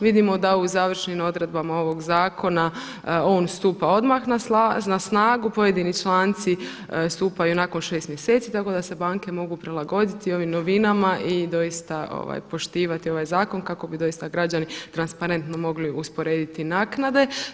Vidimo da u završnim odredbama ovog zakona on stupa odmah na snagu, pojedini članci stupaju nakon 6 mjeseci, tako da se banke mogu prilagoditi i ovim novinama i doista poštivati ovaj zakon kako bi doista građani transparentno mogli usporediti naknade.